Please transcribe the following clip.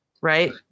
right